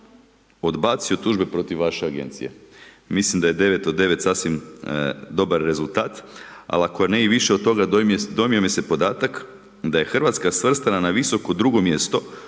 odbacio tužbe protiv vaše agencije. Mislim da je 9 od 9 sasvim dobar rezultat, ali ako ne i više od toga, dojmio mi se podatak da je Hrvatska svrstana na visoko 2 mjesto